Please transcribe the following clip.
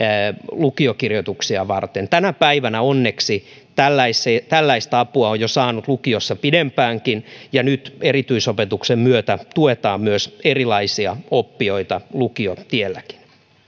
lukiokirjoituksia varten tänä päivänä onneksi tällaista apua on jo saanut lukiossa pidempäänkin ja nyt erityisopetuksen myötä tuetaan erilaisia oppijoita lukiotielläkin